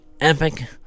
epic